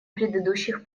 предыдущих